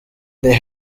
they